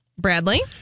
Bradley